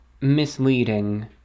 misleading